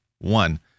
one